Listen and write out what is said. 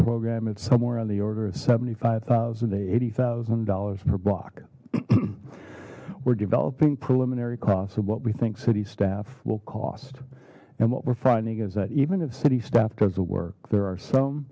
program it's somewhere on the order of seventy five thousand a eighty thousand dollars per block we're developing preliminary costs of what we think city staff will cost and what we're finding is that even if city staff doesn't work there are some